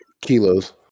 kilos